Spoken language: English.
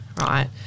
right